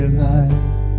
life